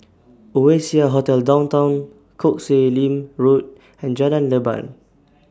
Oasia Hotel Downtown Koh Sek Lim Road and Jalan Leban